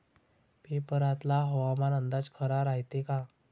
पेपरातला हवामान अंदाज खरा रायते का?